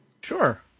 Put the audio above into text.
Sure